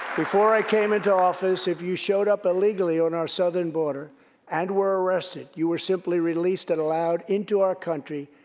before i came into office, if you showed up illegally on our southern border and were arrested, you were simply released and allowed into our country,